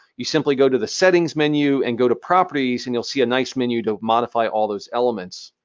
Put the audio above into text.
you simply go to the settings menu and go to properties, and you'll see a nice menu to modify all those elements.